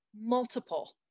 multiple